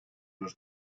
los